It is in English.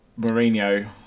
Mourinho